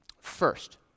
First